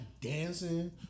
dancing